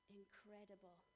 incredible